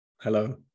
Hello